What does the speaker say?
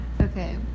Okay